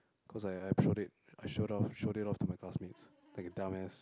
cause I I've showed it I showed off showed it off to my classmates like a dumbass